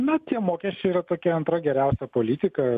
na tie mokesčiai yra tokia antra geriausia politika